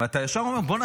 ואתה יושב אומר: בוא'נה,